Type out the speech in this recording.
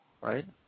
right